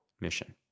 mission